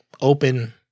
open